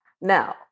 Now